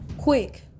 Quick